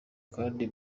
kandi